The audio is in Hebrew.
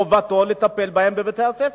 חובתו לטפל בהם בבתי-הספר,